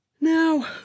now